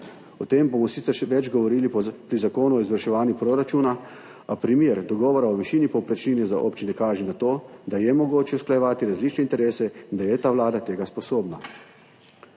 O tem bomo sicer še več govorili pri zakonu o izvrševanju proračuna, a primer dogovora o višini povprečnine za občine kaže na to, da je mogoče usklajevati različne interese in da je ta vlada tega sposobna.